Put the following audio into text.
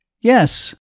Yes